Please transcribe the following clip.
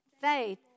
Faith